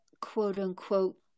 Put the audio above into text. quote-unquote